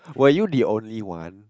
were you the only one